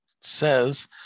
says